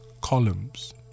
columns